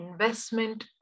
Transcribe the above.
investment